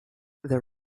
there